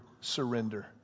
surrender